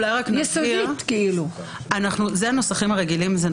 נכון שאלה הנוסחים הרגילים.